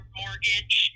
mortgage